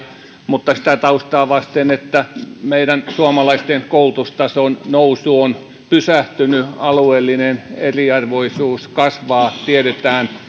mutta sitä taustaa vasten että meidän suomalaisten koulutustason nousu on pysähtynyt alueellinen eriarvoisuus kasvaa tiedetään